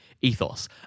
ethos